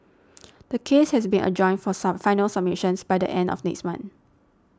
the case has been adjourned for sub final submissions by the end of next month